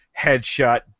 Headshot